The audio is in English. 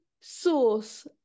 source